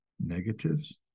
negatives